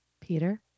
Peter